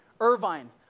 Irvine